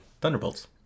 thunderbolts